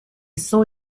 saw